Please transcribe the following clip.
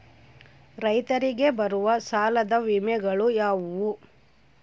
ರೈತರಿಗೆ ಬರುವ ಸಾಲದ ವಿಮೆಗಳು ಯಾವುವು?